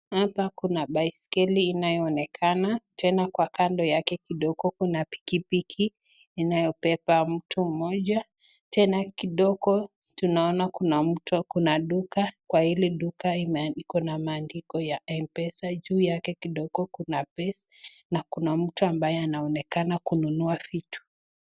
Hapa Kuna baiskeli inayonekana, Tena kwa kando yake Kuna pikipiki inayobeba mtu Mmoja Tena kidogo tunaona Kuna mtu, Kuna duka, kwa hili duka Kuna maandiko la mpesa, juu yake kidogo Kuna bei na mtu ambaye anaonekana kununua vitu.